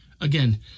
Again